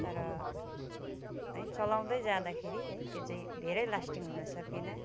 तर है चलाउँदै जाँदाखेरि है त्यो चाहिँ धेरै लास्टिङ हुन सकेन